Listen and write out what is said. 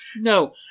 No